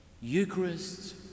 Eucharist